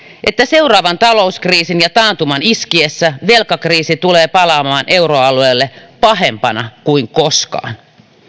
että seuraavan talouskriisin ja taantuman iskiessä velkakriisi tulee palaamaan euroalueelle pahempana kuin koskaan